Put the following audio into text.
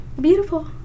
beautiful